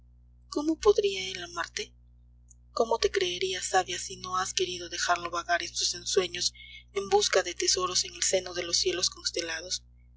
cómo podría él amarte como te creería sabia si no has querido dejarlo vagar en sus ensueños en busca de tesoros en el seno de los cielos constelados